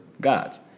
God's